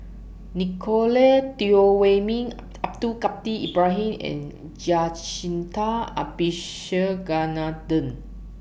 Nicolette Teo Wei Min Abdul Kadir Ibrahim and Jacintha Abisheganaden